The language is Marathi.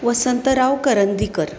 वसंतराव करंदीकर